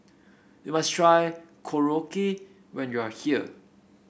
you must try Korokke when you are here